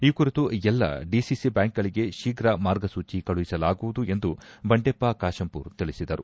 ಈ ಕುರಿತು ಎಲ್ಲ ಡಿಸಿಸಿ ಬ್ಯಾಂಕ್ಗಳಿಗೆ ಶೀಪ್ರ ಮಾರ್ಗಸೂಚಿ ಕಳುಹಿಸಲಾಗುವುದು ಎಂದು ಬಂಡೆಪ್ಪ ಕಾಶಂಪೂರ್ ತಿಳಿಸಿದರು